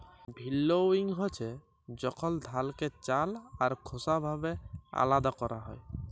ভিল্লউইং হছে যখল ধালকে চাল আর খোসা ভাবে আলাদা ক্যরা হ্যয়